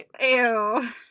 Ew